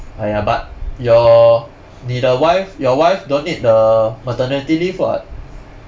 !aiya! but your 你的 wife your wife don't need the maternity leave [what]